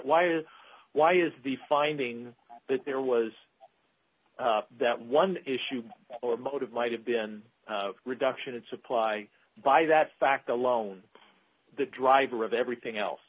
or why is the finding that there was that one issue or motive might have been a reduction of supply by that fact alone the driver of everything else